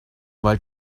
weil